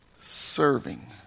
serving